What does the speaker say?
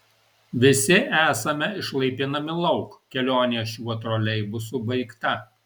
visi esame išlaipinami lauk kelionė šiuo troleibusu baigta